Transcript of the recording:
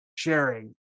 sharing